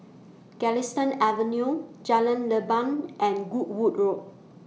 Galistan Avenue Jalan Leban and Goodwood Road